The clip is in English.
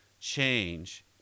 change